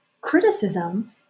criticism